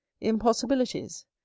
impossibilities